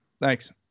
Thanks